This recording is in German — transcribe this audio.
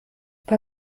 bei